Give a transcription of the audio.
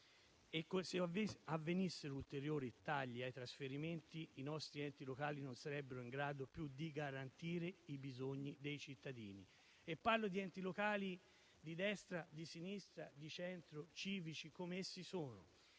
e, se avvenissero ulteriori tagli ai trasferimenti, i nostri enti locali non sarebbero più in grado di garantire i bisogni dei cittadini. E parlo di enti locali di destra, di sinistra, di centro e civici. Le fasce